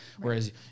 Whereas